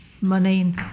Money